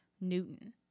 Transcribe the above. Newton